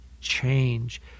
change